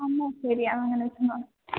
എന്നാൽ ശരി ആ അതങ്ങനെ